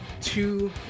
two